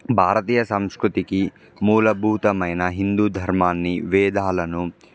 భారతీయ సంస్కృతికి మూలభూతమైన హిందూ ధర్మాన్ని వేదాలను